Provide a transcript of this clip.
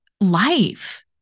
life